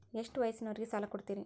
ಎಷ್ಟ ವಯಸ್ಸಿನವರಿಗೆ ಸಾಲ ಕೊಡ್ತಿರಿ?